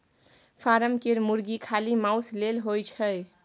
form केर मुरगी खाली माउस लेल होए छै